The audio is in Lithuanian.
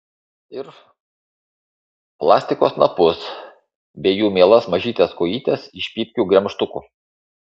ir plastiko snapus bei jų mielas mažas kojytes iš pypkių gremžtukų